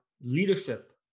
leadership